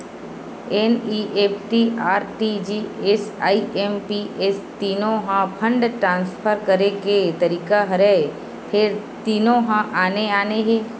NEFT, RTGS, IMPS तीनो ह fund transfer करे के तरीका हरय फेर तीनो ह आने आने हे